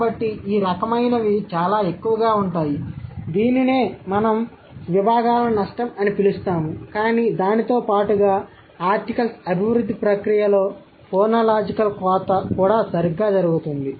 కాబట్టి ఈ రకమైనవి చాలా ఎక్కువగా ఉంటాయి దీనినే మేము విభాగాల నష్టం అని పిలుస్తాము కానీ దానితో పాటుగా ఆర్టికల్స్ అభివృద్ధి ప్రక్రియలో ఫోనోలాజికల్ కోత కూడా సరిగ్గా జరుగుతుంది